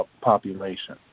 population